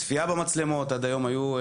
צפייה במצלמות.